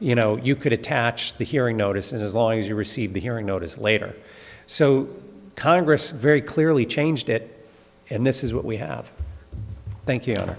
you know you could attach the hearing notice as long as you receive the hearing notice later so congress very clearly changed it and this is what we have thank you